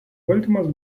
valdymas